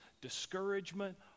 discouragement